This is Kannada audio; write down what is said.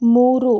ಮೂರು